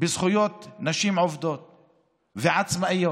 של נשים עובדות ועצמאיות.